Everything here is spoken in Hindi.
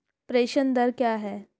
प्रेषण दर क्या है?